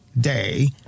day